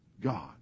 God